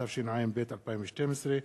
התשע"ב 2012,